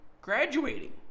graduating